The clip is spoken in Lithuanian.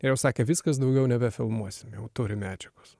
ir jau sakė viskas daugiau nebefilmuosim jau turim medžiagos